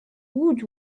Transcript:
woot